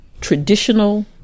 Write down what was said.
traditional